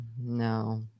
no